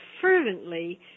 fervently